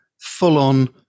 full-on